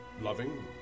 loving